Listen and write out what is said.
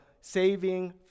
saving